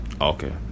Okay